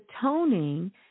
toning